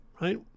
Right